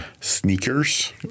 sneakers